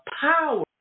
power